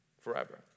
forever